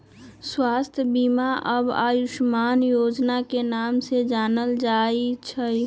स्वास्थ्य बीमा अब आयुष्मान योजना के नाम से जानल जाई छई